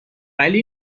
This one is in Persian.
ولی